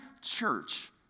church